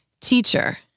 Teacher